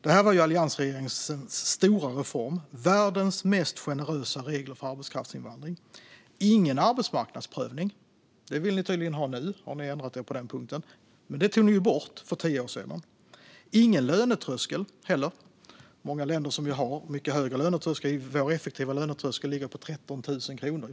Det var alliansregeringens stora reform: världens mest generösa regler för arbetskraftsinvandring. Det finns ingen arbetsmarknadsprövning. Det vill ni tydligen ha nu. Ni har ändrat er på den punkten, men det tog ni bort för tio år sedan. Det finns ingen riktig lönetröskel. Många länder har mycket högre lönetrösklar. Vår effektiva lönetröskel ligger i praktiken på 13 000 kronor.